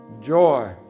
joy